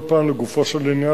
כל פעם לגופו של עניין,